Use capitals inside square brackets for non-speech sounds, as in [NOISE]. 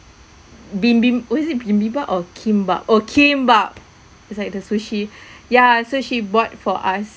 bibim~ was it bibimbap or kimbap oh kimbap is like the sushi [BREATH] ya so she bought for us